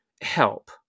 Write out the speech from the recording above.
help